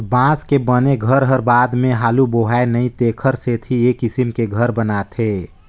बांस के बने घर हर बाद मे हालू बोहाय नई तेखर सेथी ए किसम के घर बनाथे